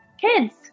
kids